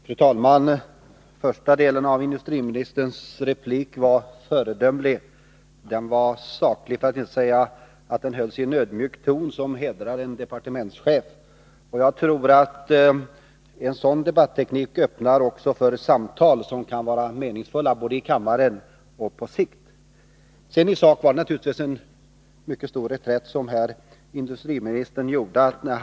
Fru talman! Första delen av industriministerns replik var föredömlig. Den var saklig, och man kan konstatera att den hölls i en ödmjuk ton, som hedrar en departementschef. Jag tror att en sådan debatteknik öppnar möjligheter också för meningsfulla samtal både här i kammaren och på sikt. Det var naturligtvis en mycket betydande reträtt som industriministern gjorde här.